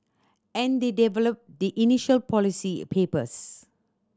and they develop the initial policy papers